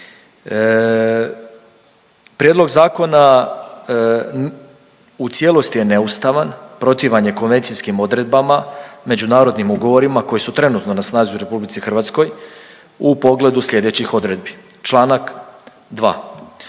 Prijedlog zakona u cijelosti je neustavan, protivan je konvencijskim odredbama, međunarodnim ugovorima koji su trenutno na snazi u RH u pogledu sljedećih odredbi, čl. 2.,